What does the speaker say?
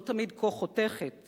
לא תמיד כה חותכת